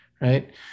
right